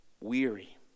weary